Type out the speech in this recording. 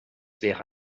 wäre